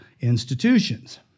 institutions